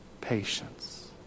patience